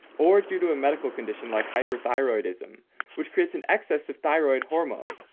or due to a medical condition like hyperthyroidism which creates an excess of thyroid hormone,